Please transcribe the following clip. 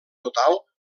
total